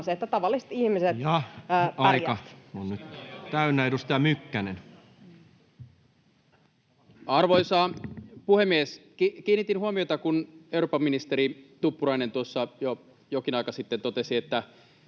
että tavalliset ihmiset pärjäävät. Aika on nyt täynnä. — Edustaja Mykkänen. Arvoisa puhemies! Kiinnitin huomiota, kun eurooppaministeri Tuppurainen tuossa jokin aika sitten totesi, että